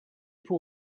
pour